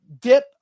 dip